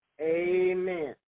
Amen